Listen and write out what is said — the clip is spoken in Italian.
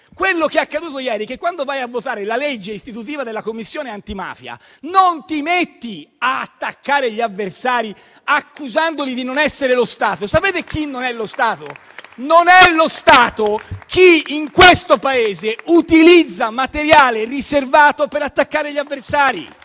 le sue - perché quando vai a votare la legge istitutiva della Commissione antimafia non ti metti ad attaccare gli avversari accusandoli di non essere lo Stato. Sapete chi non è lo Stato? Non è lo Stato chi in questo Paese utilizza materiale riservato per attaccare gli avversari: